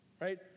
right